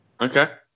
Okay